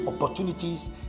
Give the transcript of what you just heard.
opportunities